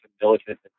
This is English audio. militant